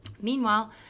Meanwhile